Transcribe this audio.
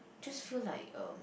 just feel like um